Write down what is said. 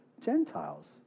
Gentiles